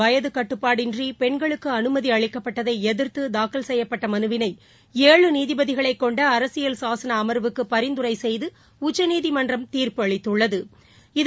வயதுகட்டுப்பாடின்றிபெண்களுக்குஅனுமதி சுபரிமலையில் அளிக்கப்பட்டதைஎதிர்த்துதாக்கல் செய்யப்பட்டமனுவினை ஏழு நீதிபதிகளைக் கொண்ட அரசியல் சாசனஅமர்வுக்குபரிந்துரைசெய்தஉச்சநீதிமன்ற் தீர்ப்பு அளித்துள்ளது